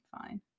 fine